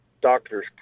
doctors